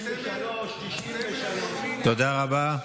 תודה רבה.